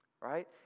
right